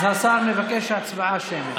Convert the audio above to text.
אז השר מבקש הצבעה שמית.